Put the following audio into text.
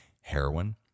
heroin